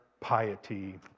piety